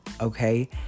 okay